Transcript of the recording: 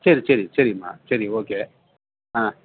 சரி சரி சரிமா சரி ஓகே ஆ